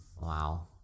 Wow